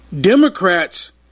Democrats